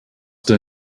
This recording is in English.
der